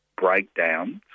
breakdowns